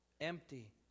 empty